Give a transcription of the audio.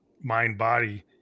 mind-body